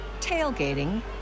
tailgating